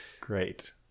Great